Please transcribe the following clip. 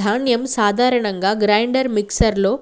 ధాన్యం సాధారణంగా grinder mixer లో